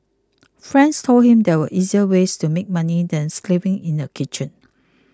friends told him there were easier ways to make money than slaving in a kitchen